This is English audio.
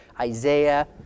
Isaiah